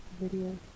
video